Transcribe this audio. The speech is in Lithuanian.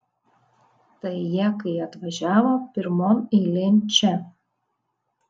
tai jie kai atvažiavo pirmon eilėn čia